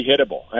hittable